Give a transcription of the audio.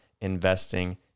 investing